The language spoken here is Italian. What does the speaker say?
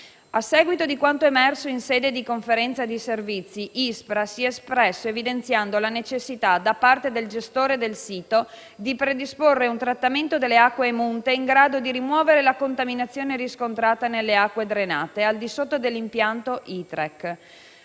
A seguito di quanto emerso in sede di conferenza dei servizi, ISPRA si è espresso evidenziando la necessità, da parte del gestore del sito, di predisporre un trattamento delle acque emunte in grado di rimuovere la contaminazione riscontrata nelle acque drenate al di sotto dell'impianto ITREC.